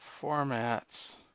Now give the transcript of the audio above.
formats